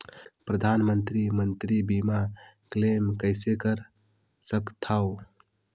परधानमंतरी मंतरी बीमा क्लेम कइसे कर सकथव?